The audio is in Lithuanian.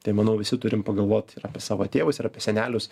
tai manau visi turim pagalvot ir apie savo tėvus ir apie senelius